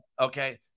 Okay